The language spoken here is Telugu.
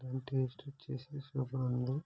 దాని టేస్ట్ వచ్చేసి సూపర్ ఉంది